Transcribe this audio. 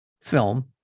film